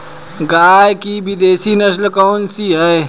गाय की विदेशी नस्ल कौन सी है?